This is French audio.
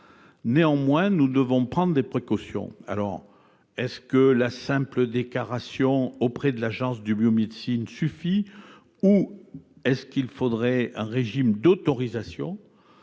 Néanmoins, nous devons prendre des précautions. Est-ce que la simple déclaration auprès de l'Agence de la biomédecine suffit ? Faut-il un régime d'autorisation ?